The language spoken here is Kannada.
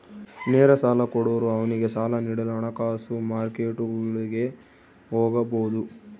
ನೇರ ಸಾಲ ಕೊಡೋರು ಅವ್ನಿಗೆ ಸಾಲ ನೀಡಲು ಹಣಕಾಸು ಮಾರ್ಕೆಟ್ಗುಳಿಗೆ ಹೋಗಬೊದು